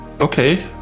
Okay